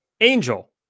Angel